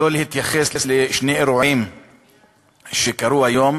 לא להתייחס לשני אירועים שקרו היום,